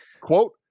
quote